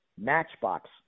Matchbox